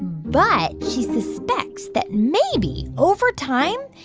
but she suspects that maybe over time,